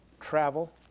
travel